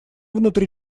внутри